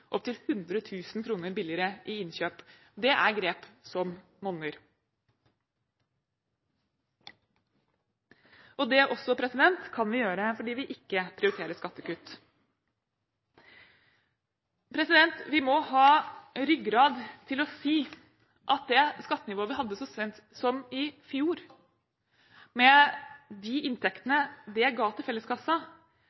opptil 100 000 kr billigere i innkjøp. Det er grep som monner. Og det også kan vi gjøre fordi vi ikke prioriterer skattekutt. Vi må ha ryggrad til å si at det skattenivået vi hadde så sent som i fjor, med de inntektene